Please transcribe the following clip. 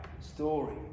story